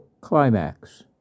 climax